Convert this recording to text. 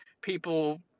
people